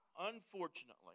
Unfortunately